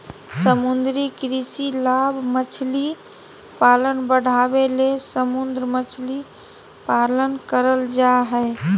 समुद्री कृषि लाभ मछली पालन बढ़ाबे ले समुद्र मछली पालन करल जय हइ